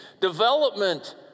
development